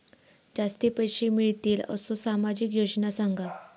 जास्ती पैशे मिळतील असो सामाजिक योजना सांगा?